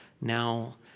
now